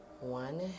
One